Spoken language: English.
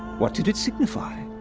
what did it signify?